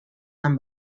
amb